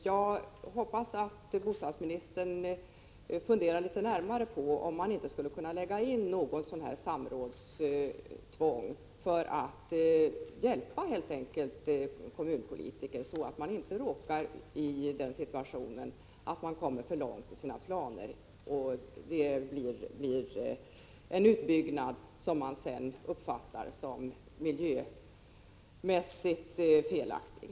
Jag hoppas att bostadsministern funderar litet närmare på om man inte skulle kunna lägga in ett samrådstvång för att på det sättet helt enkelt hjälpa kommunalpolitikerna, så att de inte råkar i den situationen att de kommer för långt i sina planer och det blir en utbyggnad som sedan uppfattas som miljömässigt felaktig.